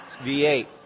V8